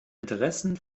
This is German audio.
interessen